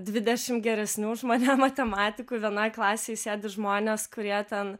dvidešimt geresnių už mane matematikų vienoj klasėj sėdi žmonės kurie ten